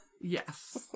Yes